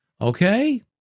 Okay